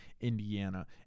Indiana